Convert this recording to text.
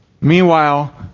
meanwhile